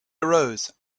arose